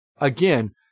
again